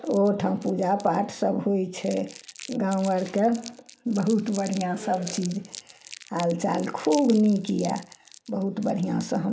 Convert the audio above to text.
ओहो ठाम पूजा पाठ सब होइ छै गाँव आर कए बहुत बढ़ियाँ सब चीज आइकाइल्ह खूब नीक याए बहुत बढ़ियाँ से हम